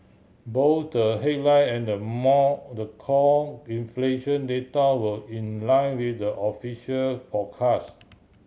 both the headline and the more the core inflation data were in line with the official forecast